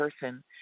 person